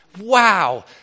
wow